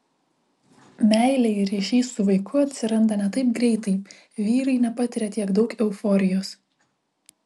meilė ir ryšys su vaiku atsiranda ne taip greitai vyrai nepatiria tiek daug euforijos